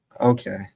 Okay